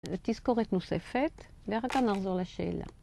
תזכורת נוספת, ואחר כך נחזור לשאלה.